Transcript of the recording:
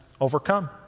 overcome